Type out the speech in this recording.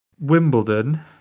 Wimbledon